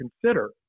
consider